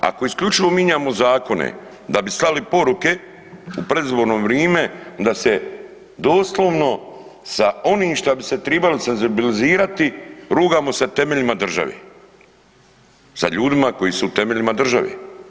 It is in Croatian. Ako isključivo minjamo zakone da bi slali poruke u predizborno vrime onda se doslovno sa onim šta bi se trebali senzibilizirati rugamo se temeljima države sa ljudima koji su u temeljima države.